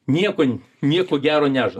nieko nieko gero nežada